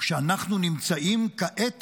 שאנחנו נמצאים כעת